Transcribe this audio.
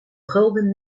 gulden